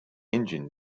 engine